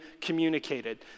communicated